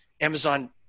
Amazon